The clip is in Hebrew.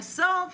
בסוף